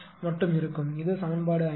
எனவே இது சமன்பாடு 5